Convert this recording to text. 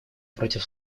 против